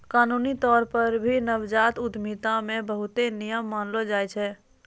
कानूनी तौर पर भी नवजात उद्यमिता मे बहुते नियम मानलो जाय छै